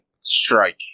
strike